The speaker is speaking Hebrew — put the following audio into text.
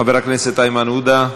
חבר הכנסת איימן עודה,